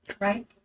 right